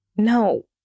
No